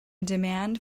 demand